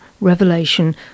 revelation